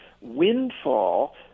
windfall